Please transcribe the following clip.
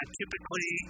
typically